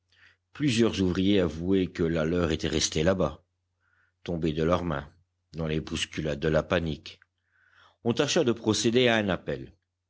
plusieurs ouvriers avouaient que la leur était restée là-bas tombée de leur main dans les bousculades de la panique on tâcha de procéder à un appel